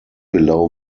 below